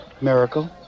Miracle